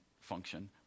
function